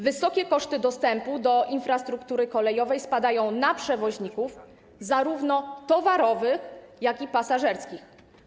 Wysokie koszty dostępu do infrastruktury kolejowej obciążają przewoźników zarówno towarowych, jak i pasażerskich.